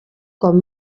com